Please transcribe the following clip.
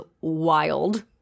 wild